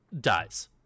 dies